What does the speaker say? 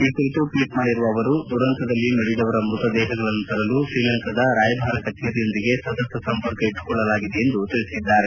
ಈ ಕುರಿತು ಟ್ವೀಟ್ ಮಾಡಿರುವ ಅವರು ದುರಂತದಲ್ಲಿ ಮಡಿದವರ ಮೃತದೇಹಗಳನ್ನು ತರಲು ಶ್ರೀಲಂಕಾದ ರಾಯಭಾರ ಕಛೇರಿಯೊಂದಿಗೆ ಸತತ ಸಂಪರ್ಕ ಇಟ್ಟುಕೊಳ್ಳಲಾಗಿದೆ ಎಂದು ತಿಳಿಸಿದ್ದಾರೆ